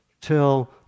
till